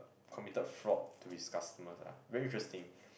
committed fraud to his customers ah very interesting